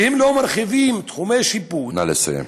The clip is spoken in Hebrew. שהם לא מרחיבים תחומי שיפוט, נא לסיים.